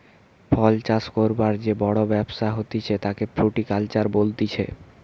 ফল চাষ করবার যে বড় ব্যবসা হতিছে তাকে ফ্রুটিকালচার বলতিছে